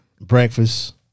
breakfast